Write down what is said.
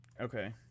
Okay